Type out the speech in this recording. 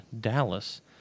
Dallas